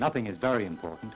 nothing is very important